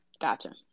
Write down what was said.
Gotcha